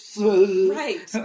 Right